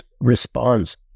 responds